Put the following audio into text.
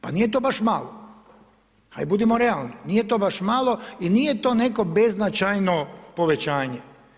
Pa nije to baš malo, aj budimo realni, nije to baš malo i nije to neko beznačajno povećanje.